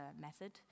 method